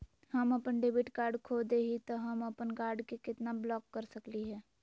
हम अपन debit card खो दे ही, त हम अप्पन कार्ड के केना ब्लॉक कर सकली हे?